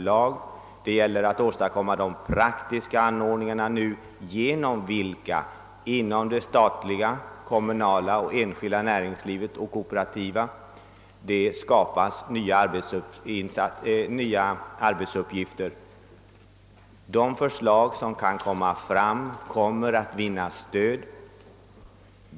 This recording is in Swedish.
Vad det gäller är att åstadkomma de praktiska anordningar genom vilka nya arbetsuppgifter kan skapas inom det statliga, kommunala, enskilda och kooperativa näringslivet. De förslag som kan komma fram kommer att vinna stöd.